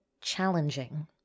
challenging